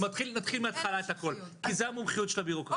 אז נתחיל מהתחלה את הכול כי זה המומחיות של הביורוקרטיה.